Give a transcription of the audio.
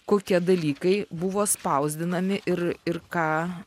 kokie dalykai buvo spausdinami ir ir ką